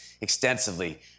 extensively